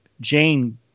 Jane